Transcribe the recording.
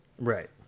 Right